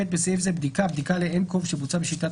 (ב) בסעיף זה - ״בדיקה״ - בדיקה ל-nCov שבוצעה בשיטת